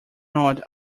not